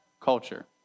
culture